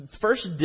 first